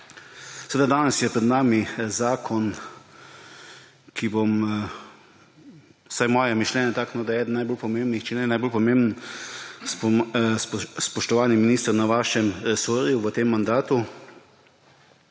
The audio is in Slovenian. Danes je pred nami zakon, ki je, vsaj moje mišljenje je takšno, eden najbolj pomembnih, če ne najbolj pomemben, spoštovani minister, na vašem resorju v tem mandatu.